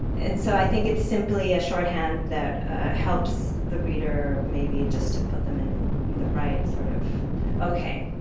and so i think it's simply a shorthand that helps the reader maybe just to put them in the the right sort of ok,